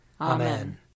Amen